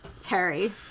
Terry